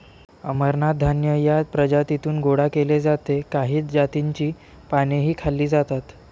अमरनाथ धान्य या प्रजातीतून गोळा केले जाते काही जातींची पानेही खाल्ली जातात